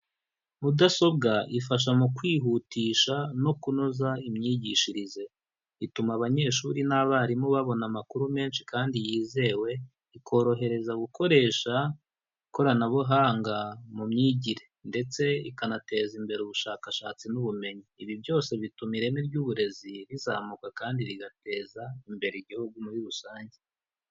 Mudasobwa ifasha mu kwihutisha no kunoza imyigishirize, ituma abanyeshuri n'abarimu babona amakuru menshi kandi yizewe, ikorohereza gukoresha ikoranabuhanga mu myigire, ndetse ikanateza imbere ubushakashatsi n'ubumenyi, ibi byose bituma ireme ry'uburezi rizamuka kandi rigateza imbere igihugu muri rusange.